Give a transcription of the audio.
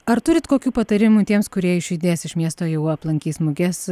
ar turit kokių patarimų tiems kurie išjudės iš miesto jau aplankys muges